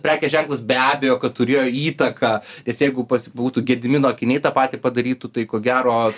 prekės ženklas be abejo kad turėjo įtaką nes jeigu pasi būtų gedimino akiniai tą patį padarytų tai ko gero tai